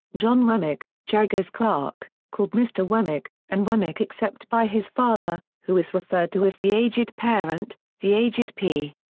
john wemmick, jaggers' clerk, called mr. wemmick and wemmick except by his father, who is referred to as the aged parent, the aged p,